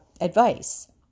advice